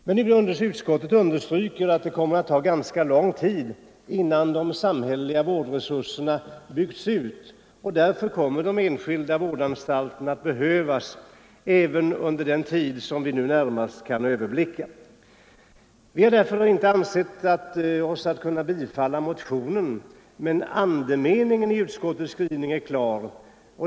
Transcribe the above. Men utskottet understryker att det kommer att ta ganska lång tid innan de samhälleliga vårdresurserna byggs ut, och därför kommer de enskilda vårdanstalterna att behövas även under den tid som vi nu närmast kan överblicka. Vi har därför inte ansett oss kunna tillstyrka motionen, men andemeningen i utskottets skrivning är klar.